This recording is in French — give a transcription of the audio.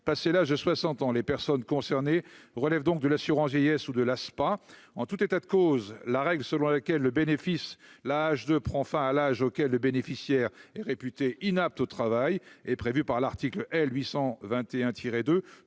passé l'âge de 60 ans, les personnes concernées relève donc de l'assurance vieillesse ou de l'Aspa, en tout état de cause, la règle selon laquelle le bénéfice, l'âge de prend fin à l'âge auquel le bénéficiaire est réputé inapte au travail est prévue par l'article L.